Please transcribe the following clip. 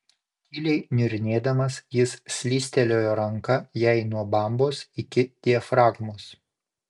tyliai niurnėdamas jis slystelėjo ranka jai nuo bambos iki diafragmos